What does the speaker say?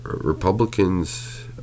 Republicans